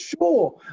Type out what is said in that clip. sure